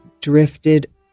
drifted